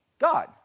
God